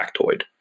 factoid